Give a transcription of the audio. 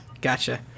Gotcha